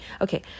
Okay